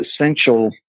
essential